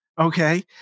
okay